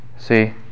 See